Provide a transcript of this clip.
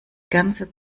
ganze